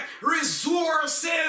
resources